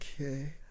okay